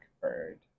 bird